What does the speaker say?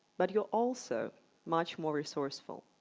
but you're also much more resourceful.